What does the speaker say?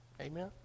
amen